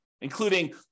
including